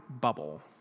bubble